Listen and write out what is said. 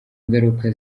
ngaruka